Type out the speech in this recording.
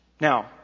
Now